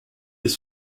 les